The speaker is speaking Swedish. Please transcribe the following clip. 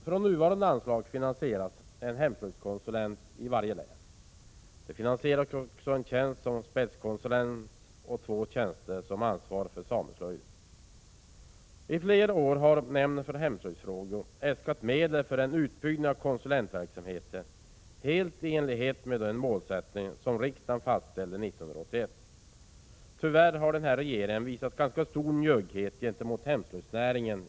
Från nuvarande anslag finansieras en hemslöjdskonsulent i varje län, en tjänst som spetskonsulent och två tjänster som ansvarar för sameslöjden. I flera år har nämnden för hemslöjdsfrågor äskat medel för en utbyggnad av konsulentverksamheten, helt i enlighet med den målsättning som riksdagen fastställde 1981. Tyvärr har den nuvarande regeringen i flera år visat stor njugghet gentemot hemslöjdsnäringen.